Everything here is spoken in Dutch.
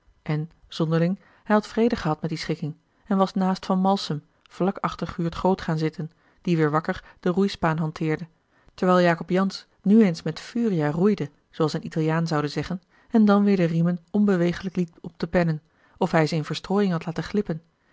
en zonderling hij had vrede gehad met die schikking en was naast van malsem vlak achter guurt groot gaan zitten die weêr wakker de roeispaan hanteerde terwijl jacob jansz nu eens met furia roeide zooals een italiaan zoude zeggen en dan weêr de riemen onbewegelijk liet op de pennen of hij ze in verstrooiing had laten glippen